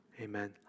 amen